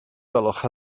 gwelwch